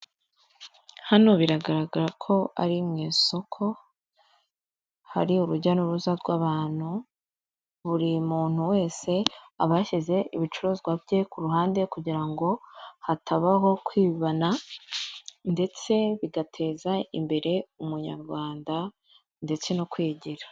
Hano biragaragara ko ari mu isoko hari urujya n'uruza rw'abantu, buri muntu wese aba yashyize ibicuruzwa bye ku ruhande kugira ngo hatabaho kwibana ndetse bigateza imbere umunyarwanda ndetse no kwigira.